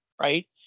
right